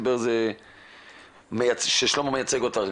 משהו?